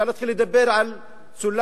אפשר להתחיל לדבר על סולם,